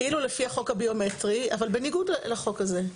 כאילו לפי החוק הביומטרי אבל בניגוד לחוק הזה?